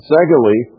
Secondly